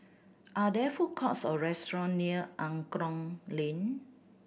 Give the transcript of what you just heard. are there food courts or restaurant near Angklong Lane